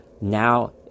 Now